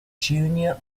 junior